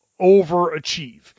overachieve